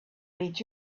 read